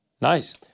Nice